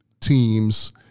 teams